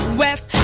west